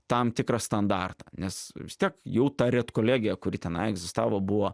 tam tikrą standartą nes vis tiek jau ta redkolegija kuri tenai egzistavo buvo